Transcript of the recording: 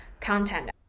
content